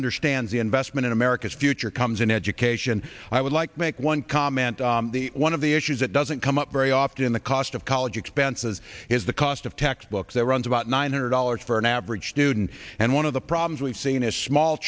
erstands the investment in america's future comes in education i would like to make one comment one of the issues that doesn't come up very often the cost of college expenses is the cost of textbooks that runs about nine hundred dollars for an average student and one of the problems we've seen is small